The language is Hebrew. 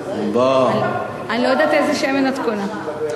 אני לא יודעת איזה שמן את קונה.